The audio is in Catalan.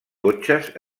cotxes